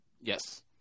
yes